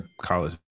college